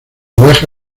viaje